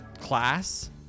class